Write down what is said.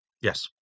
yes